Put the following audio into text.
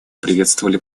приветствовали